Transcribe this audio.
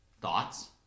Thoughts